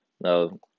no